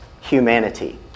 humanity